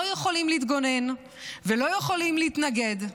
לא יכולים להתגונן ולא יכולים להתנגד.